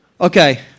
Okay